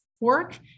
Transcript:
work